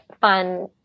fun